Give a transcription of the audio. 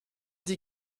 dit